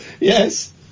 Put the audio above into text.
Yes